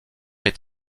est